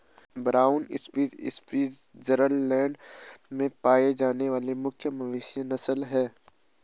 brown Swiss Switzerland में पाई जाने वाली मुख्य मवेशी नस्ल है